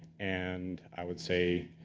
and i would say,